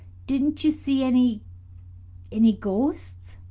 didn't you see any any ghosts?